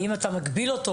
האם אתה מגביל אותו?